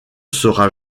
sera